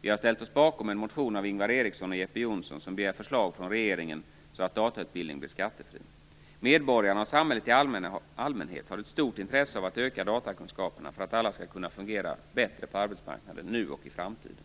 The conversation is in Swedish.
Vi moderater har ställt oss bakom en motion av Ingvar Eriksson och Jeppe Johnsson där förslag från regeringen begärs som gör datautbildning skattefri. Medborgarna och samhället i allmänhet har ett stort intresse av att öka datakunskaperna för att alla skall kunna fungera bättre på arbetsmarknaden nu och i framtiden.